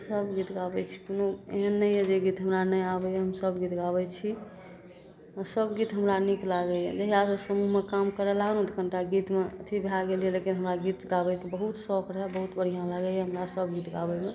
सब गीत गाबै छी कोनो एहन नहि अइ जे गीत हमरा नहि आबैए हम सब गीत गाबै छी सब गीत हमरा नीक लागैए जहिआसे समूहमे काम करै लागलहुँ कनिटा गीतमे अथी भै गेल अइ लेकिन हमरा गीत गाबैके बहुत सौख रहै बहुत बढ़िआँ लागैए हमरा सब गीत गाबैमे